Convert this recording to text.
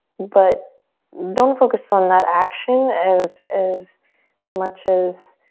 but don't focus on that action as as much as